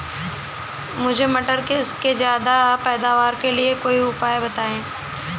मुझे मटर के ज्यादा पैदावार के लिए कोई उपाय बताए?